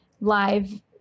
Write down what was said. live